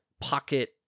pocket